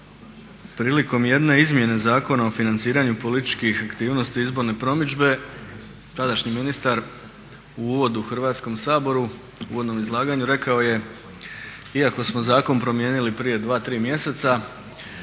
prilikom jedne izmjene Zakona o financiranju političkih aktivnosti i izborne promidžbe tadašnji ministar u uvodu Hrvatskom saboru, uvodnom izlaganju rekao je iako smo zakon promijenili prije dva, tri mjeseca